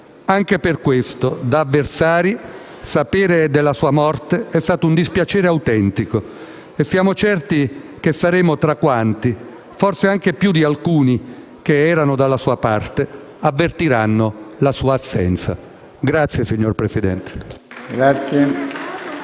Anche per questo, da avversari, sapere della sua morte è stato un dispiacere autentico e siamo certi che saremo tra quanti - forse anche più di alcuni che erano dalla sua parte - avvertiranno la sua assenza.*(Applausi dai Gruppi PD e*